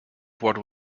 what